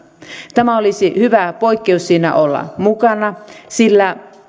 tämä olisi hyvä poikkeus siinä olla mukana sillä